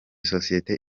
sosiyete